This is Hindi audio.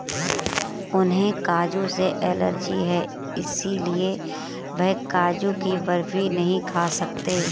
उन्हें काजू से एलर्जी है इसलिए वह काजू की बर्फी नहीं खा सकते